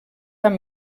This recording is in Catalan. amb